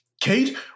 Kate